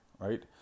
Right